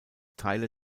teile